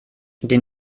den